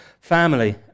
family